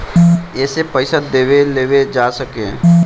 एसे पइसा देवे लेवे जा सके